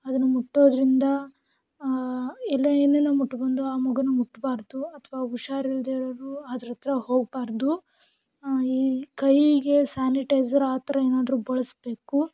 ಅದನ್ನ ಮುಟ್ಟೋದರಿಂದ ಎಲ್ಲ ಏನೆಲ್ಲ ಮುಟ್ಟಿ ಬಂದು ಆ ಮಗೂನ ಮುಟ್ಟಬಾರದು ಅಥವಾ ಹುಷಾರಿಲ್ಲದೆ ಇರೋರು ಅದ್ರ ಹತ್ತಿರ ಹೋಗಬಾರ್ದು ಕೈಗೆ ಸ್ಯಾನಿಟೈಝೆರ್ ಆ ಥರ ಏನಾದ್ರೂ ಬಳಸಬೇಕು